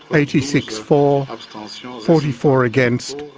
but eighty six for, ah ah so forty four against,